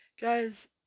Guys